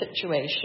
situation